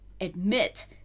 admit